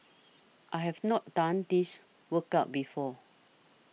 I've not done this workout before